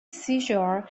seizure